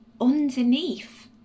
underneath